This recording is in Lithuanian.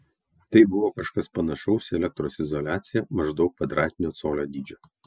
tai buvo kažkas panašaus į elektros izoliaciją maždaug kvadratinio colio dydžio